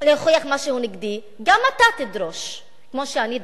להוכיח משהו נגדי גם אתה תדרוש, כמו שאני דרשתי,